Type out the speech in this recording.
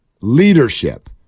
leadership